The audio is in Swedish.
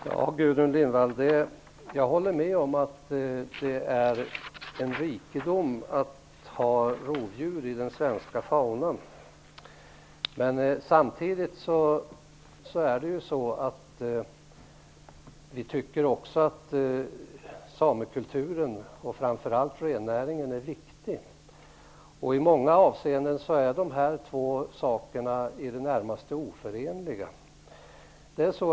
Herr talman! Jag håller med Gudrun Lindvall om att det är en rikedom att ha rovdjur i den svenska faunan. Men vi tycker också att samekulturen, framför allt rennäringen, är viktig. I många avseenden är de här två sakerna i det närmaste oförenliga.